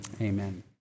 amen